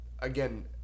again